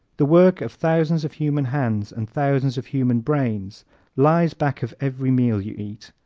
the work of thousands of human hands and thousands of human brains lies back of every meal you eat,